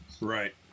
right